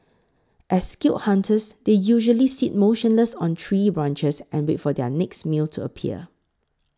as skilled hunters they usually sit motionless on tree branches and wait for their next meal to appear